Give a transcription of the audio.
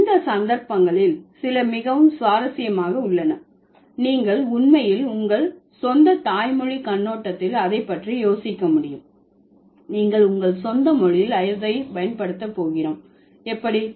எனவே இந்த சந்தர்ப்பங்களில் சில மிகவும் சுவாரஸ்யமான உள்ளன நீங்கள் உண்மையில் உங்கள் சொந்த தாய்மொழி கண்ணோட்டத்தில் அதை பற்றி யோசிக்க முடியும் நீங்கள் உங்கள் சொந்த மொழியில் அதை பயன்படுத்த போகிறோம் எப்படி